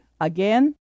Again